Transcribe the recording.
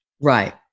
Right